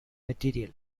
material